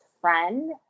friend